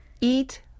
Eat